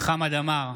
חמד עמאר,